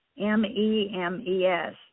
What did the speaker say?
M-E-M-E-S